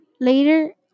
later